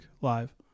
live